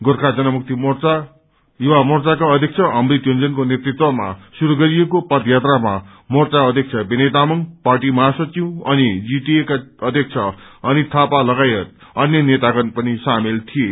गोर्खा जनमुक्ति युवा मोर्चाका अध्यक्ष अमृत योजनको नेतृत्वमा शुरू गरिएको पद यात्रामा मोर्चा अध्यक्ष विनय तामाङ पार्टी महासचिव अनि जीटीए का अध्यक्ष अनित थापा लगायत अन्य नेतागण पनि शामेल थिए